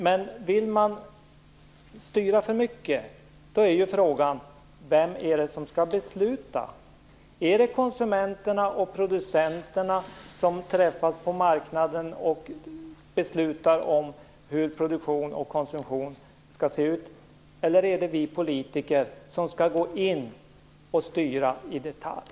Men vill man styra för mycket är frågan: Vem är det som skall besluta? Är det konsumenterna och producenterna som träffas på marknaden och beslutar om hur produktion och konsumtion skall se ut, eller är det vi politiker som skall gå in och styra i detalj?